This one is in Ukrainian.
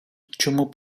чому